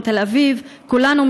אם